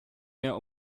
mehr